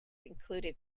included